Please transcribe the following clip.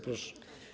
Proszę.